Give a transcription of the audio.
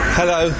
hello